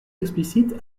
explicite